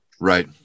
Right